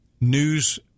news